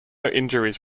injuries